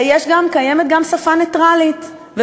קיימת גם שפה נייטרלית, לשון נקבה.